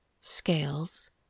scales